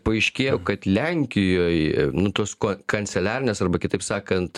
paaiškėjo kad lenkijoj nu tos ko kanceliarines arba kitaip sakant